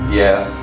yes